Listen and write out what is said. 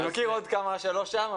אני מכיר עוד כמה שהם לא שם,